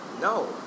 No